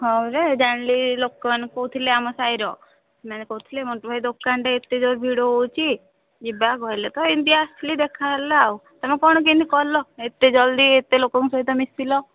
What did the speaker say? ହଁ ଯେ ଜାଣିଲି ଲୋକମାନେ କହୁଥିଲେ ଆମ ସାହିର ସେମାନେ କହୁଥିଲେ ମଣ୍ଟୁ ଭାଇ ଦୋକାନଟା ଏତେ ଜୋର ଭିଡ଼ ହେଉଛି ଯିବା କହିଲେ ତ ଏମିତି ଆସିଲି ଦେଖା ହେଲା ଆଉ ତୁମେ କ'ଣ କେମିତି କ'ଣ କଲ ଏତେ ଜଲଦି ଏତେ ଲୋକଙ୍କ ସହିତ ମିଶିଲ